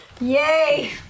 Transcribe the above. Yay